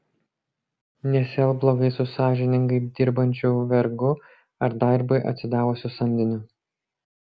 nesielk blogai su sąžiningai dirbančiu vergu ar darbui atsidavusiu samdiniu